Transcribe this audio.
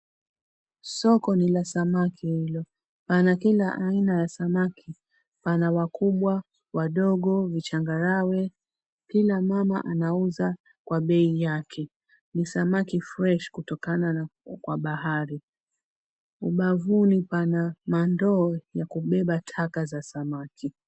Soko ni la samaki hilo pana kila aina ya samaki pana wakubwa, wadogo vichangarawe kila mama anauza kwa bei yake. Ni samaki fresh kutokana kwa bahari, ubavuni pana mandoo ya kubeba taka za samaki.